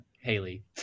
Haley